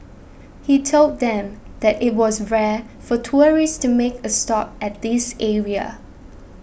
he told them that it was rare for tourists to make a stop at this area